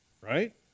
right